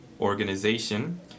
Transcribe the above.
organization